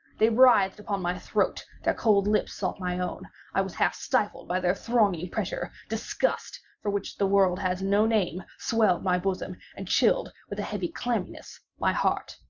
they writhed upon my throat their cold lips sought my own i was half stifled by their thronging pressure disgust, for which the world has no name, swelled my bosom, and chilled, with a heavy clamminess, my heart.